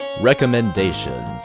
Recommendations